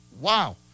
Wow